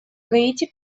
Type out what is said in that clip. гаити